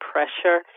Pressure